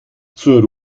zur